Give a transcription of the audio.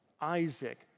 Isaac